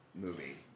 movie